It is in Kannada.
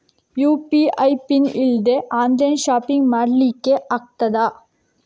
ಯು.ಪಿ.ಐ ಪಿನ್ ಇಲ್ದೆ ಆನ್ಲೈನ್ ಶಾಪಿಂಗ್ ಮಾಡ್ಲಿಕ್ಕೆ ಆಗ್ತದಾ?